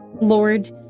Lord